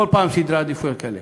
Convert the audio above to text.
כל פעם סדרי עדיפויות כאלה.